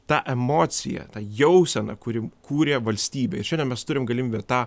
tą emociją tą jauseną kuri kūrė valstybę ir šiandien mes turim galimybę tą